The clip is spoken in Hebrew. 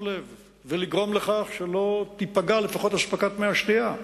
לב ולגרום לכך שלא תיפגע לפחות אספקת מי השתייה.